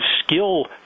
skill